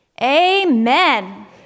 Amen